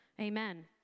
amen